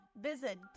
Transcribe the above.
visit